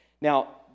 Now